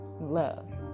love